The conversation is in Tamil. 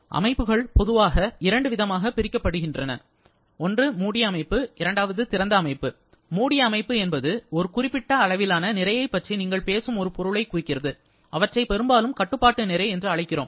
அமைப்புகள் பொதுவாக இரண்டு விதமாக பிரிக்கப்படுகின்றன மூடப்பட்ட அமைப்பு திறந்த அமைப்பு மூடிய அமைப்பு என்பது ஒரு குறிப்பிட்ட அளவிலான நிறையை பற்றி நீங்கள் பேசும் ஒரு பொருளைக் குறிக்கிறது அவற்றை பெரும்பாலும் கட்டுப்பாட்டு நிறை என்று அழைக்கிறோம்